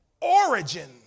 origin